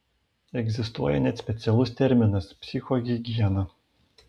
egzistuoja net specialus terminas psichohigiena